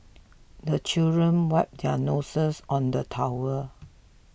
the children wipe their noses on the towel